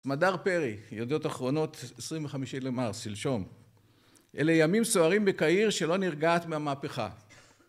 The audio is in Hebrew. מדר פרי, יודעות אחרונות, 25 למרץ, שלשום, אלה ימים סוערים בקהיר שלא נרגעת מהמהפכה.